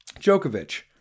Djokovic